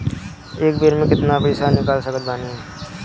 एक बेर मे केतना पैसा निकाल सकत बानी?